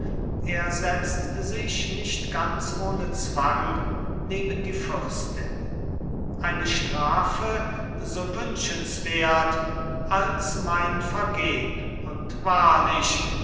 er setzt sich nicht ganz ohne zwang neben die fürstin eine strafe so wünschenswert als mein vergehn und wahrlich